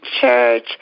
church